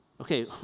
Okay